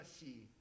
see